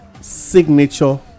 signature